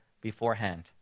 beforehand